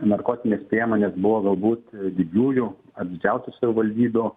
narkotinės priemonės buvo galbūt didžiųjų ar didžiausių savivaldybių